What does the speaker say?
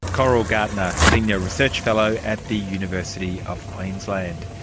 coral gartner, senior research fellow at the university of queensland.